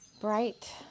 bright